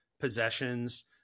possessions